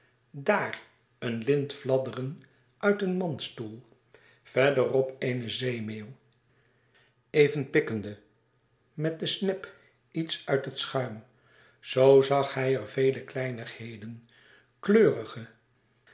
dàar een lint fladderen uit een mandstoel verderop eene zeemeeuw even pikkende met de sneb iets uit het schuim zoo zag hij er vele kleinigheden